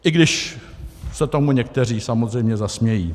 I když se tomu někteří samozřejmě zasmějí.